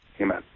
amen